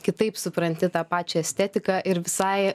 kitaip supranti tą pačią estetiką ir visai